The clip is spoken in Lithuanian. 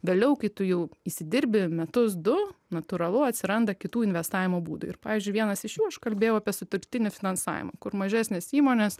vėliau kai tu jau įsidirbi metus du natūralu atsiranda kitų investavimo būdų ir pavyzdžiui vienas iš jų aš kalbėjau apie suturtinį finansavimą kur mažesnės įmonės